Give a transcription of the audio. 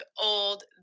old